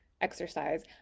exercise